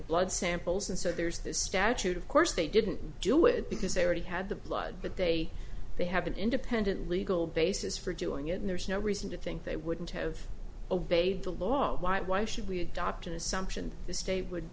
blood samples and so there's this statute of course they didn't do it because they already had the blood but they they have an independent legal basis for doing it and there's no reason to think they wouldn't have obeyed the law why it why should we adopt an assumption the state would